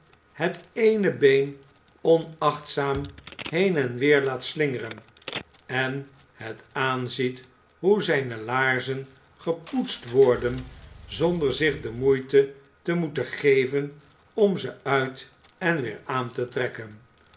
het eene been onachtzaam heen en weer laat slingeren en het aanziet hoe zijne laarzen gepoetst worden zonder zich de moeite te moeten geven om ze uit en weer aan te trekken